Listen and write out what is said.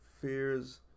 fears